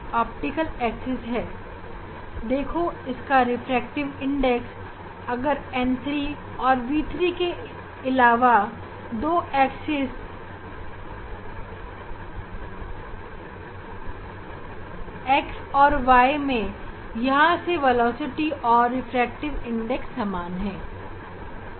optics axis z है देखो अगर इस दिशा में रिफ्रैक्टिव इंडेक्स n3 और गति v3 मान ले तो इनका मूल्य अन्य दो एक्सिस x y में पाए जाने वाले वेलोसिटी और रिफ्रैक्टिव इंडेक्स से अलग होगा